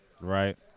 right